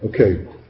Okay